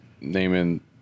naming